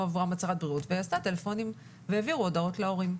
הצהרת בריאות והיא עשתה טלפונים והעבירו הודעות להורים.